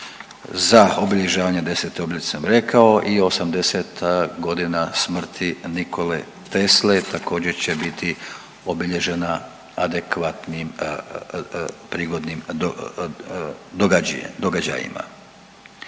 za obilježavanje 10. obljetnice sam rekao i 80. g. smrti Nikole Tesle, također će biti obilježena adekvatnim prigodnim događajima.